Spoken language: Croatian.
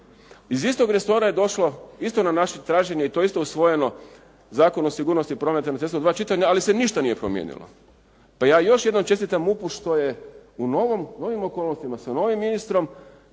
Iz istog resora je došlo isto na naše traženje je to isto usvojeno Zakon o sigurnosti prometa na cestama u dva čitanja ali se ništa nije promijenilo. Ja još jednom čestitam MUP-u što je u novim okolnostima sa novim ministrom